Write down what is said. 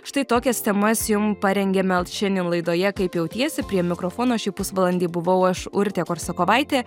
štai tokias temas jum parengėme šiandien laidoje kaip jautiesi prie mikrofono šį pusvalandį buvau aš urtė korsakovaitė